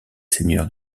seigneurs